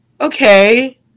okay